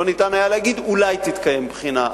לא היה אפשר להגיד: אולי תתקיים בחינה,